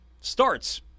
starts